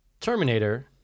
Terminator